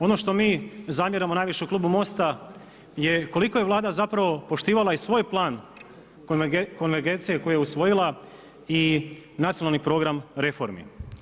Ono što mi zamjeramo najviše u Klubu Mosta je koliko je Vlada zapravo poštivala i svoj plan konvergencije koje je usvojila i nacionalni program reformi.